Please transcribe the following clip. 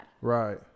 Right